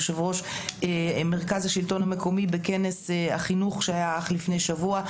יושב-ראש מרכז השלטון המקומי בכנס החינוך שהיה אך לפני שבוע,